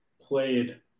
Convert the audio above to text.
played